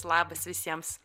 labas visiems